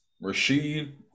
Rashid